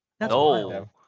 No